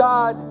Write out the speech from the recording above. God